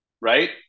right